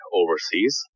overseas